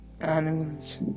Animals